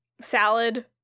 salad